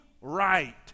right